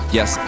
Yes